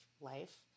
life